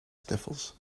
sniffles